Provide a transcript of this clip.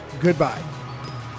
Goodbye